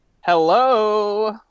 Hello